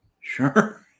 Sure